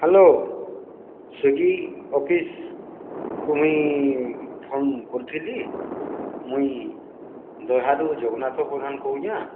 hello Swiggy ଅଫିସ୍କୁ ମୁଇଁ phone କରିଥିଲି ମୁଇଁ ଦହ୍ୟରୁ ଜଗନ୍ନାଥ ପ୍ରଧାନ କହୁଁଚା